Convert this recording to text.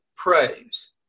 Praise